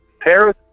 Paris